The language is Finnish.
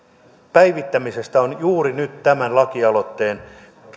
päivittämisestä on juuri nyt tämän lakialoitteen